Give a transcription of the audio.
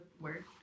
word